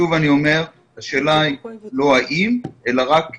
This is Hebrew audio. שוב אני אומר, השאלה היא לא האם אלא רק איך.